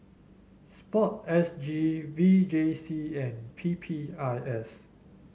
sport S G V J C and P P I S